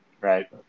right